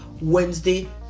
Wednesday